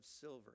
silver